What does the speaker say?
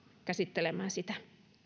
käsittelemään sitä